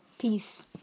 Peace